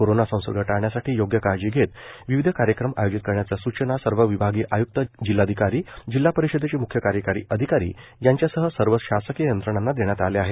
corona संसर्ग टाळण्यासाठी योग्य काळजी घेत विविध कार्यक्रम आयोजित करण्याच्या सूचना सर्व विभागीय आय्क्त जिल्हाधिकारी जिल्हा परिषदांचे म्ख्य कार्यकारी अधिकारी यांच्यासह सर्व शासकीय यंत्रणांना देण्यात आल्या आहेत